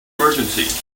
emergency